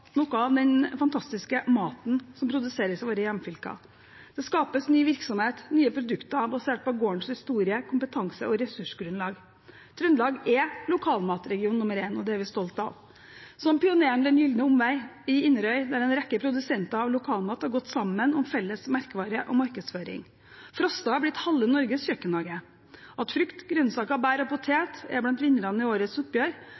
noe av den fantastiske maten som produseres i våre hjemfylker. Det skapes ny virksomhet og nye produkter basert på gårdens historie, kompetanse og ressursgrunnlag. Trøndelag er lokalmatregion nr. 1, og det er vi stolte av, f.eks. pioneren Den Gylne Omvei på Inderøy, der en rekke produsenter av lokalmat har gått sammen om felles merkevare og markedsføring. Frosta har blitt halve Norges kjøkkenhage. At frukt, grønnsaker, bær og potet er blant vinnerne i årets oppgjør,